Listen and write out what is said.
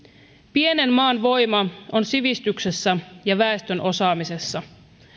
pienen maan voima on sivistyksessä ja väestön osaamisessa